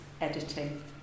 editing